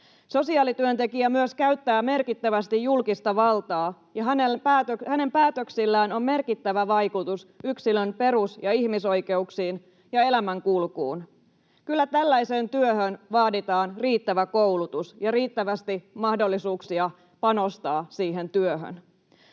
Sosiaalityöntekijä myös käyttää merkittävästi julkista valtaa, ja hänen päätöksillään on merkittävä vaikutus yksilön perus- ja ihmisoikeuksiin ja elämänkulkuun. Kyllä tällaiseen työhön vaaditaan riittävä koulutus ja riittävästi mahdollisuuksia panostaa siihen.